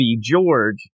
George